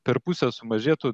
per pusę sumažėtų